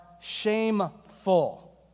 shameful